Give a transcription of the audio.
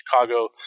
Chicago